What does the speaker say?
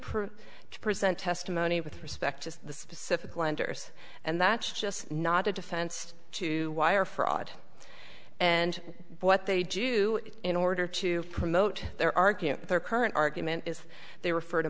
prove to present testimony with respect to the specific lenders and that's just not a defense to wire fraud and what they do in order to promote their argument their current argument is they refer to